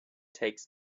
takes